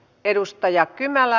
edustaja kynällä